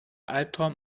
albtraum